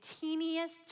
teeniest